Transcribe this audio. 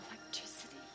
electricity